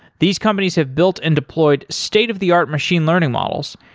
these companies have built and deployed state of the art machine learning models,